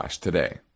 today